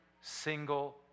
single